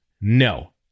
No